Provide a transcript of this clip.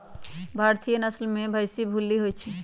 भारतीय नसल में भइशी भूल्ली होइ छइ